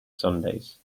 sundays